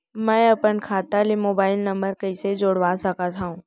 मैं अपन खाता ले मोबाइल नम्बर कइसे जोड़वा सकत हव?